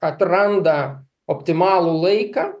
atranda optimalų laiką